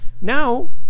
Now